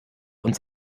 und